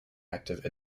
active